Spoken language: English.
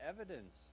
evidence